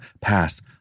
pass